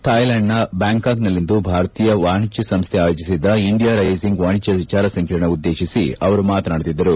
Thai ಲ್ಲಾಂಡ್ ನ Bangkok ನಲ್ಲಿಂದು ಭಾರತೀಯ ವಾಣಿಜ್ಲ ಸಂಸ್ವೆ ಆಯೋಜಿಸಿದ್ದ ಇಂಡಿಯಾ ರೈಸಿಂಗ್ ವಾಣಿಜ್ಯ ವಿಚಾರಸಂಕಿರಣ ಉದ್ದೇಶಿಸಿ ಅವರು ಮಾತನಾಡುತ್ತಿದ್ದರು